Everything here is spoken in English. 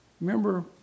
Remember